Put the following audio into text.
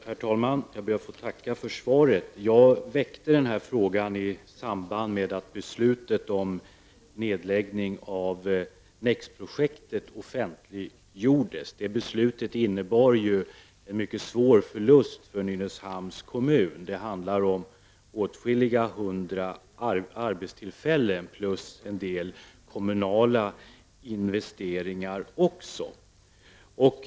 Herr talman! Jag ber att få tacka för svaret. Jag väckte frågan i samband med att beslutet om nedläggning av NEX-projektet offentliggjordes. Det beslutet innebar en mycket svår förlust för Nynäshamns kommun. Det handlar om åtskilliga hundra arbetstillfällen plus en del kommunala investeringar.